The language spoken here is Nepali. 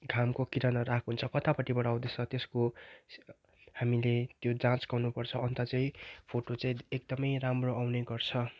घामको किरणहरू आएको हुन्छ कतापट्टिबाट आउँदैछ त्यसको हामीले त्यो जाँच गर्नु पर्छ अन्त चाहिँ फोटो चाहिँ एकदमै राम्रो आउने गर्छ